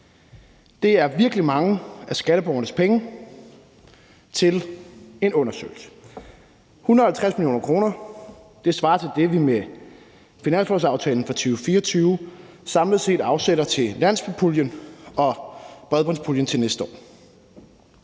Det er virkelig mange af skatteborgernes penge til en undersøgelse. 150 mio. kr. svarer til det, vi med finanslovsaftalen for 2024 samlet set afsætter til landsbypuljen og bredbåndspuljen til næste år.